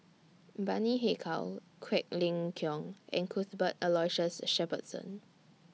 Bani Haykal Quek Ling Kiong and Cuthbert Aloysius Shepherdson